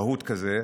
רהוט כזה,